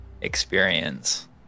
experience